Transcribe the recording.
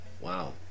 Wow